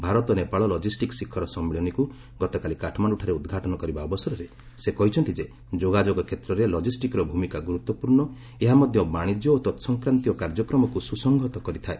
Bharat Nepal logistic ଶିଖର ସମ୍ମିଳନୀକୁ ଗତକାଲି କାଠମାଣ୍ଡୁଠାରେ ଉଦ୍ଘାଟନ କରିବା ଅବସରରେ ସେ କହିଛନ୍ତି ଯେ ଯୋଗାଯୋଗ କ୍ଷେତ୍ରରେ ଲଜିଷ୍ଟିକ୍ର ଭୂମିକା ଗୁରୁତ୍ୱପୂର୍୍ଣ ଏହା ମଧ୍ୟ ବାଣିଜ୍ୟ ଓ ତତ୍ସଂକ୍ରାନ୍ତୀୟ କାର୍ଯ୍ୟକ୍ରମକୁ ସୁସଂହତ କରିଥାଏ